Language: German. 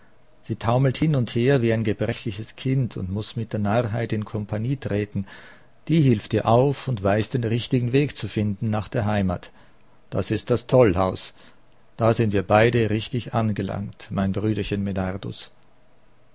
sie taumelt hin und her wie ein gebrechliches kind und muß mit der narrheit in kompanie treten die hilft ihr auf und weiß den richtigen weg zu finden nach der heimat das ist das tollhaus da sind wir beide richtig angelangt mein brüderchen